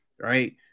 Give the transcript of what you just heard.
right